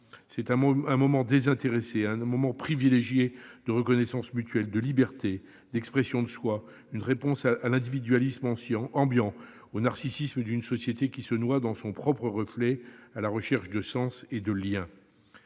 d'engagements désintéressés et de moments privilégiés, de reconnaissance mutuelle, de liberté, d'expression de soi. Il est une réponse à l'individualisme ambiant, au narcissisme d'une société qui se noie dans son propre reflet, à la recherche de sens et de liens.